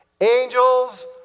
Angels